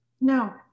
No